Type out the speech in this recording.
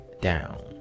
down